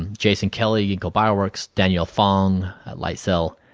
jason kelly gingko bioworks, daniel fong at light cell,